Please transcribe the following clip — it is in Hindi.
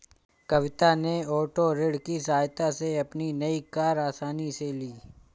कविता ने ओटो ऋण की सहायता से अपनी नई कार आसानी से ली